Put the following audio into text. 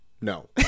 No